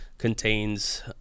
contains